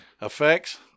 Effects